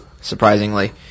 surprisingly